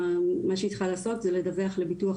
מה שהיא צריכה לעשות זה לדווח למוסד לביטוח